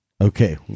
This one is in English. okay